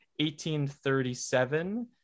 1837